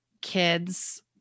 kids